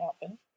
happen